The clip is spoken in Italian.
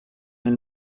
nel